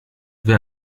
wer